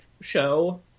show